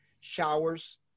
showers